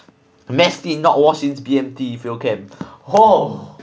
not washing B_M_T field camp oh